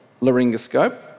laryngoscope